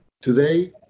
Today